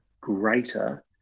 greater